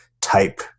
type